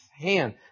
hand